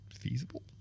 feasible